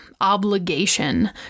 obligation